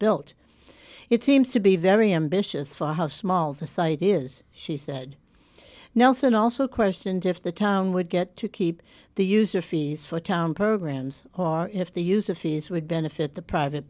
built it seems to be very ambitious for how small the site is she said nelson also questioned if the town would get to keep the user fees for town programs or if the use of fees would benefit the private